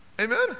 Amen